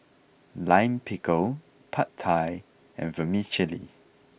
Lime Pickle Pad Thai and Vermicelli